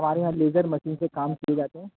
ہمارے یہاں laser machine سے کام کیے جاتے ہیں